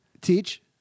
Teach